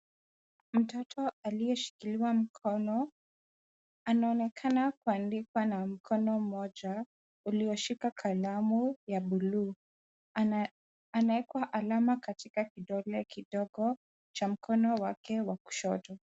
Mtoto aliyeshikiliwa mkono, anaonekana kuandika na mkono mmoja ulioshika kalamu ya bluu. Anaekwa alama katika kidole kidogo cha mkono wake wa kushoto.